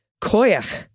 koyach